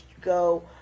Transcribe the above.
go